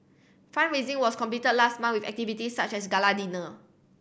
fund raising was completed last month with activities such as gala dinner